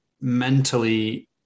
mentally